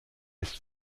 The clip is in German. ist